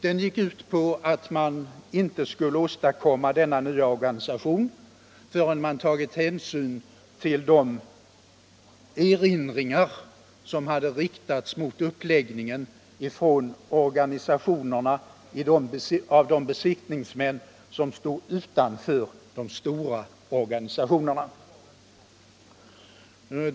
Den gick ut på att man inte skulle åstadkomma denna nya organisation förrän man tagit hänsyn till de erinringar som hade riktats mot uppläggningen från organisationerna av de besiktningsmän som stod utanför de stora organisationerna.